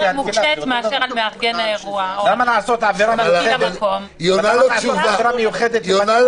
היא עונה לה